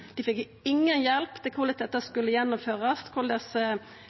Dei fekk inga hjelp til korleis dette skulle gjennomførast, korleis